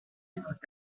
livre